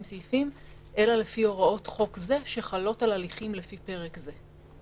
סעיפים: "אלא לפי הוראות חוק זה שחלות על הליכים לפי פרק זה".